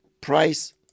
price